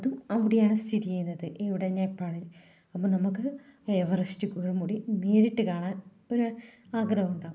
അതും അവിടെയാണ് സ്ഥിതി ചെയ്യുന്നത് ഇവിടെ നേപ്പാളിൽ അപ്പോൾ നമുക്ക് എവറസ്റ്റ് കൊടുമുടി നേരിട്ട് കാണാൻ പിന്നെ ആഗ്രഹമുണ്ടാകും